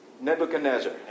Nebuchadnezzar